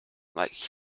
like